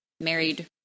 married